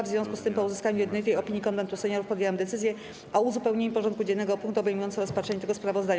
W związku z tym, po uzyskaniu jednolitej opinii Konwentu Seniorów, podjęłam decyzję o uzupełnieniu porządku dziennego o punkt obejmujący rozpatrzenie tego sprawozdania.